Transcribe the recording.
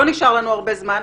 לא נשאר לנו הרבה זמן,